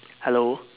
hello